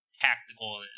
tactical